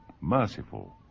merciful